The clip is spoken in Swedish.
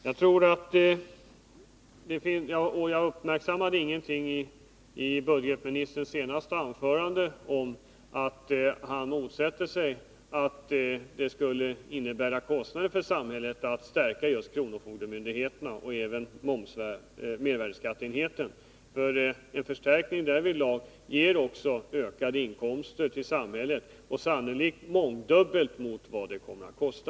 Jag uppmärksammade inte någonting i budgetministerns senaste anförande om att han motsätter sig att det skulle innebära kostnader för samhället att förs ärka kronofogdemyndigheten och även mervärdeskatteenheten. En förstärkning därvidlag ger också ökade inkomster till samhället — sannolikt också med mångdubblade belopp jämfört med vad den kommer att kosta.